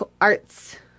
Arts